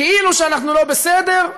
כאילו שאנחנו לא בסדר,